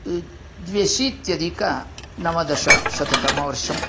द्व्यशीत्यधिकनवदशशततमवर्षं